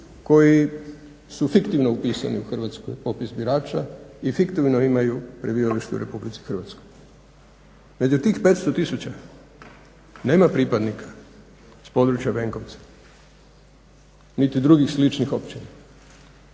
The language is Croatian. koji su fiktivni upisani u hrvatski popis birača i fiktivno imaju prebivalište u RH. Među tih 500 tisuća nema pripadnika s područja Benkovca niti drugih sličnih općina